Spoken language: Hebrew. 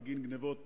בגין גנבות